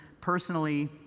personally